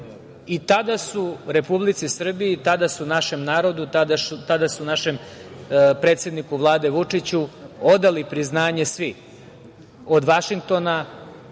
tada su Republici Srbiji, tada su našem narodu, tada su našem predsedniku Vlade, Vučiću, odali priznanje svi od Vašingtona,